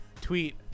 tweet